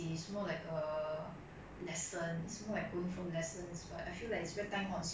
like 因为我不在 I don't stay in school mah I don't stay in the dorms so